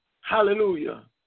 hallelujah